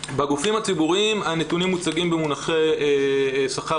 בגופים הציבוריים הנתונים מוצגים במונחי שכר